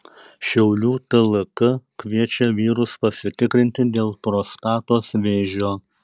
šiaulių tlk kviečia vyrus pasitikrinti dėl prostatos vėžio